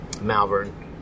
Malvern